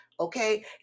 okay